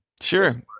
Sure